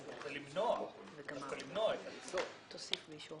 נושא משרה